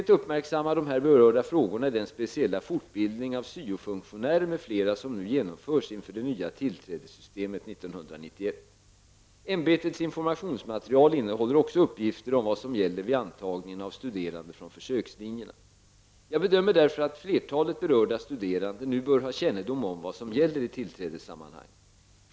UHÄ uppmärksammar de här berörda frågorna i den speciella fortbildning av syo-funktionärer m.fl. som nu genomförs inför det nya tillträdessystemet 1991. UHÄs informationsmaterial innehåller också uppgifter om vad som gäller vid antagningen av studerande från försökslinjerna. Jag bedömer därför att flertalet berörda studerande nu bör ha kännedom om vad som gäller i tillträdessammanhang.